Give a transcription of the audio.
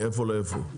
מאיפה לאיפה?